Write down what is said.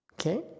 Okay